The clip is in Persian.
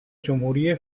جمهوری